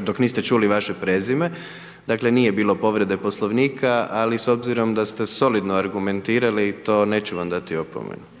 dok niste čuli vaše prezime. Dakle nije bilo povrede poslovnika, ali s obzirom da te solidno argumentirali i to neću vam dati opomenu.